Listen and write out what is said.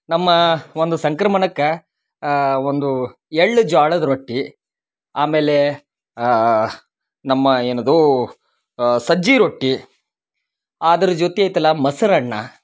ನಮ್ಮ ಒಂದು ಸಂಕ್ರಮಣಕ್ಕ ಒಂದು ಎಳ್ಳು ಜ್ವಾಳದ್ ರೊಟ್ಟಿ ಆಮೇಲೆ ನಮ್ಮ ಏನದು ಸಜ್ಜಿ ರೊಟ್ಟಿ ಆದ್ರ ಜೊತೆ ಐತಲ್ಲ ಮಸ್ರನ್ನ